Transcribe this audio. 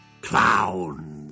clowns